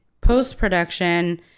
post-production